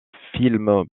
film